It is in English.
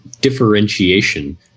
differentiation